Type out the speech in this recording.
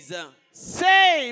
Say